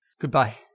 Goodbye